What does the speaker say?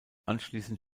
anschließend